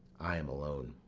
i am alone.